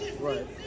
Right